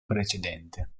precedente